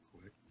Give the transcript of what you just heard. quick